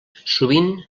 sovint